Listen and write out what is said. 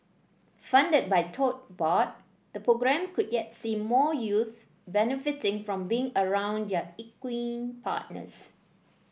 funded by Tote Board the programme could yet see more youths benefiting from being around their equine partners